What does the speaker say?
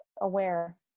aware